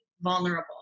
vulnerable